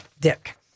Dick